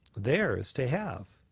theirs to have